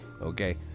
okay